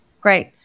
Great